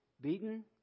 beaten